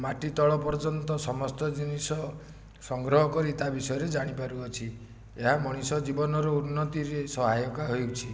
ମାଟି ତଳ ପର୍ଯ୍ୟନ୍ତ ସମସ୍ତ ଜିନିଷ ସଂଗ୍ରହ କରି ତା ବିଷୟରେ ଜାଣିପାରୁଅଛି ଏହା ମଣିଷ ଜୀବନର ଉନ୍ନତିରେ ସହାୟକ ହୋଇଛି